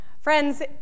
Friends